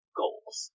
goals